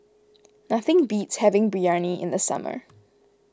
nothing beats having Biryani in the summer